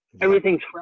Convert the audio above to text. Everything's